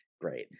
great